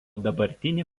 dabartinį